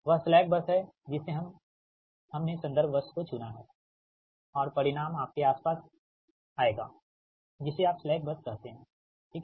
वह slack bus है जिसे हमनें संदर्भ बस को चुना है और परिणाम आपके आस पास आएगा जिसे आप स्लैक बस कहते हैं ठीक है